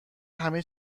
همه